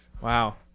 Wow